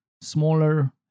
smaller